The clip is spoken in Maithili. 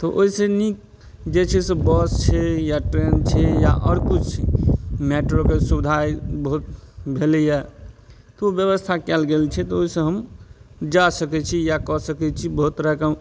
तऽ ओइसँ नीक जे छै से बस छै या ट्रेन छै या आओर किछु मैट्रोके सुविधा बहुत भेलइए तऽ ओ व्यवस्था कयल गेल छै तऽ ओइसँ हम जा सकय छी या कऽ सकय छी बहुत तरहके